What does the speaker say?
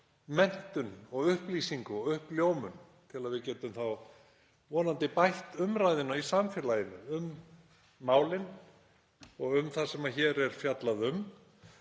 menntun og upplýsingu og uppljómun til að við getum þá vonandi bætt umræðuna í samfélaginu um málin og um það sem hér er fjallað um.